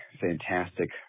fantastic